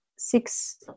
six